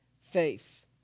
faith